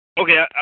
Okay